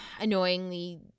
annoyingly